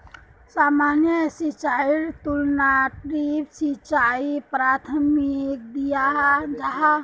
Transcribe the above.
सामान्य सिंचाईर तुलनात ड्रिप सिंचाईक प्राथमिकता दियाल जाहा